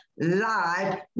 live